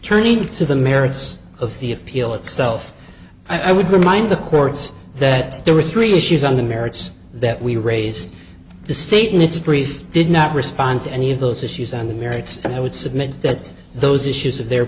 turning to the merits of the appeal itself i would remind the courts that there were three issues on the merits that we raised the state in its brief did not respond to any of those issues on the merits and i would submit that those issues have their